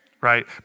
right